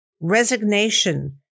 resignation